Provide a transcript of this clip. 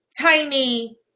Tiny